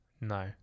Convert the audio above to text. No